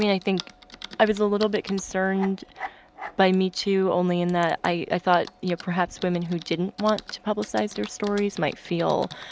mean, i think i was a little bit concerned by metoo only in that i thought, you know, perhaps, women who didn't want to publicize their stories might feel